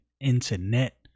internet